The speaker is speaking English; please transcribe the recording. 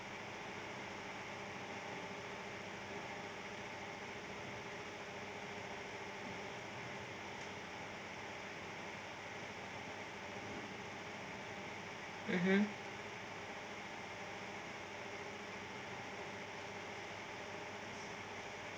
mmhmm